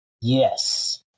yes